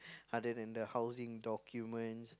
other than the housing document